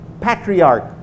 patriarch